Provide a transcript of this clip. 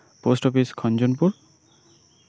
post office Khanjanpur